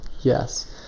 Yes